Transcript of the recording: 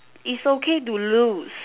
is okay to lose